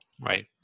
Right